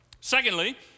Secondly